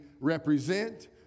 represent